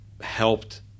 helped